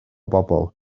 bobl